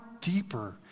deeper